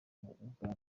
buganda